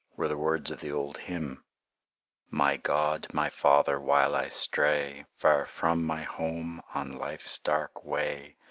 were the words of the old hymn my god, my father, while i stray far from my home on life's dark way,